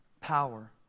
power